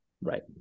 Right